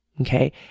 Okay